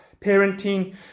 parenting